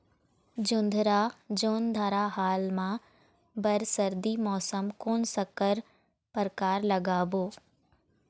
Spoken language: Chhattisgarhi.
जोंधरा जोन्धरा हाल मा बर सर्दी मौसम कोन संकर परकार लगाबो?